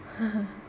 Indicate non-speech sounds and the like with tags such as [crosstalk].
[laughs]